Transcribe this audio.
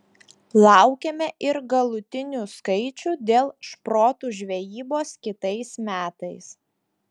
laukiame ir galutinių skaičių dėl šprotų žvejybos kitais metais